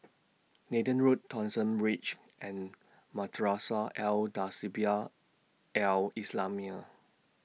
Nathan Road Thomson Ridge and Madrasah Al Tahzibiah Al Islamiah